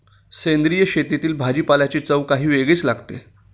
सेंद्रिय शेतातील भाजीपाल्याची चव काही वेगळीच लागते